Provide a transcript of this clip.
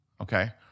Okay